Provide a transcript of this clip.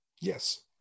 Yes